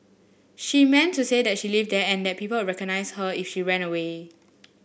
she meant to say that she lived there and that people would recognise her if she ran away